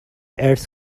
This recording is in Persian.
ارث